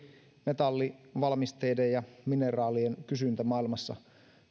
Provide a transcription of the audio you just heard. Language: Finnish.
metallivalmisteiden ja mineraalien kysyntä maailmassa